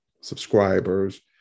subscribers